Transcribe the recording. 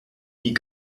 die